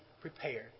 prepared